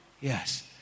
Yes